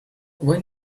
when